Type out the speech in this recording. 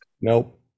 Nope